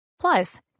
Plus